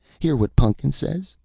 hear what pun'kins says?